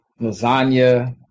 lasagna